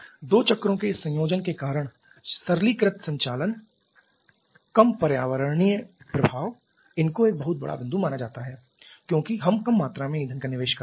दो चक्रों के इस संयोजन के कारण सरलीकृत संचालन कम पर्यावरणीय प्रभाव इनको एक बहुत बड़ा बिंदु माना जाता है क्योंकि हम कम मात्रा में ईंधन का निवेश कर रहे हैं